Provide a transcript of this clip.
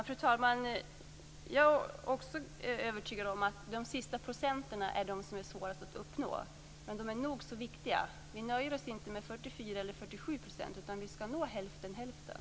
Fru talman! Jag är också övertygad om att de sista procenten är de som är svårast att uppnå, men de är nog så viktiga. Vi nöjer oss inte med 44 eller 47 %. Vi skall nå hälften-hälften.